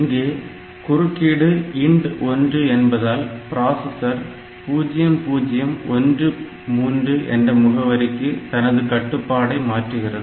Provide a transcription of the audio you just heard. இங்கு குறுக்கீடு INT1 என்பதால் பிராசஸர் 0013 என்ற முகவரிக்கு தனது கட்டுப்பாட்டை மாற்றுகிறது